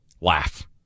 laugh